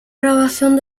grabación